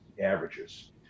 averages